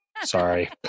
Sorry